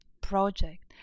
project